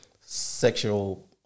sexual